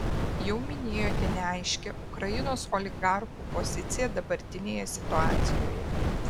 jau minėjote neaiškią ukrainos oligarchų poziciją dabartinėje situacijoje